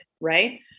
right